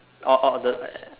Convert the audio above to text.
oh oh the